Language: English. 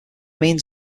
means